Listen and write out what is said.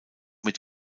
mit